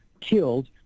killed